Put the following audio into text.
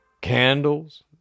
candles